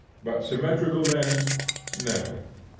but symmetrical men never.